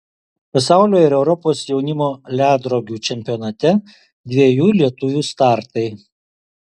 pasaulio ir europos jaunimo ledrogių čempionate dviejų lietuvių startai